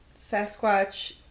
Sasquatch